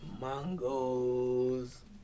Mangoes